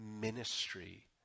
ministry